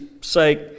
sake